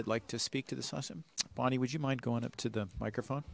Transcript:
that like to speak to this awesome bonnie would you mind going up to the microphone